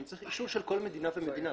אני צריך אישור של כל מדינה ומדינה,